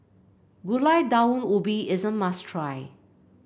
Gulai Daun Ubi is a must try